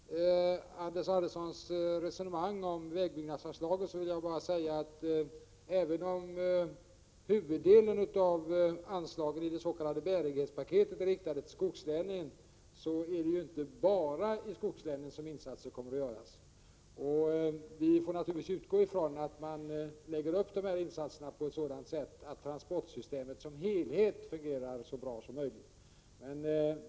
Herr talman! Med anledning av Anders Anderssons resonemang om vägbyggnadsanslag vill jag bara säga, att även om huvuddelen av anslaget i dets.k. bärighetspaketet är avsett för skogslänen, är det ju inte bara där som insatser kommer att göras. Vi får naturligtvis utgå ifrån att insatserna planeras på ett sådant sätt att transportsystemet som helhet fungerar så bra som möjligt.